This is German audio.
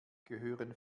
gehören